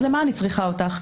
אז למה אני צריכה אותך.